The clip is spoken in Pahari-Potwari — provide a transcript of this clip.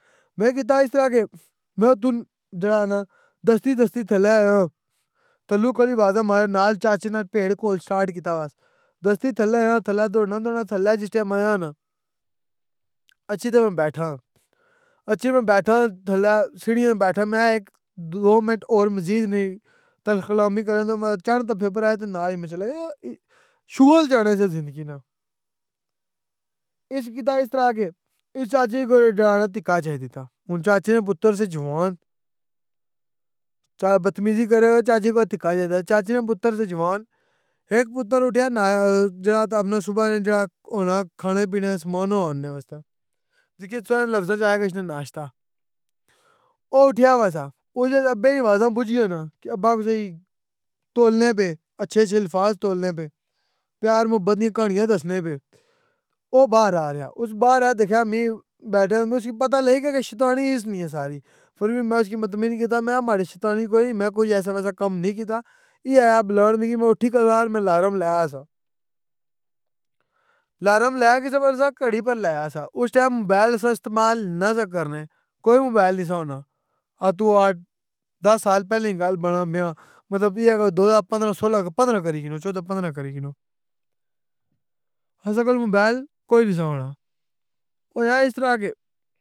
میں کیتا اس طرح کے میں تن جیڑا نو دستی دستی تھلے آیاں تے چاچے نال پیڑ کول سٹارٹ کیتا ہووا دستی تھلے نا دوڑنا دوڑنا تھلے جس ٹائم آیا نا اچھی تے میں بیٹھاں, اچھی تے میں بیٹھاں تھلے سیڑیاں تے بیٹھاں میں ہیک دو منٹ مزید تلخ کلامی کریں تو بعد چڑ دا پپر آیا تے نال ای میں چلاں گیاں شغل چاہنے سے زندگی نال٫ اس کیتا اس طرح کے اس چاچے کولو تکا چائی دیتا, ہن چاچے نا پتر سی جوان٫ بدتمیزی کرے تے دھکا چائی دیتا٫ چاچے نا پتر سی جوان٫ ہیک پتر اٹھیا تے او جیڑا صبح نا جیڑا ہونا کھانے پینے آلا سامان اوآننے واسطے٫ جیڑا تساں نے لفظ اچ آخی گچھنا ناشتہ او اٹھیا نا سا اس نو ابو نی آوازاں بجیاں نا کے آبا کزیئ تولنے پئے اچھے اچھے الفاظ تولنے پئے پیار محبت ںی کہانیاں دسنے پئے ، او باہر آرا اس باہر اچھی دکھیا میں بیٹھیا، اسکی پتہ لئی گیا کہ شیطانیی اس نی اے ساری٫ میں اسی مطمئن کیتا کے اس طرح کجھ نی اے میں کوئی ایسا ویسا کم نی کیتا, ای آخیا بلڑ میں کی وی ہیک ہزار میں لایا سا. لایا جس اپر سا، کھڑی اپر لایا سا اس موبایل اسساں استعمال نا سے کرنے کوئی مبائل نا سا ہونا، دس سالے پہلے نی گل بانا میں اے ایک کوئی دو ہزار پندرہ سولہ پندرہ کری کینو چوداں پندرہ کری کینوں, اسساں کول موبائل کوئی نہ سا ہونا! ہویا اس طرح کہ کے!